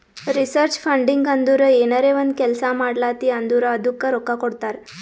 research funding ಅಂದುರ್ ಏನರೇ ಒಂದ್ ಕೆಲ್ಸಾ ಮಾಡ್ಲಾತಿ ಅಂದುರ್ ಅದ್ದುಕ ರೊಕ್ಕಾ ಕೊಡ್ತಾರ್